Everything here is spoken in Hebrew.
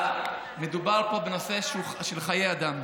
מדובר פה בנושא של חיי אדם.